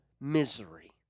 misery